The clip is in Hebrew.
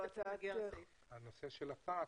על הנושא של הפס.